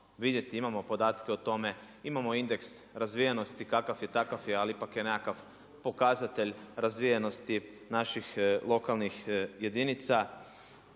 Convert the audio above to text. vidjeti imamo podatke o tome, imamo indeks razvijenosti kakav je takav ali ipak je nekakav pokazatelj razvijenosti naših lokalnih jedinica.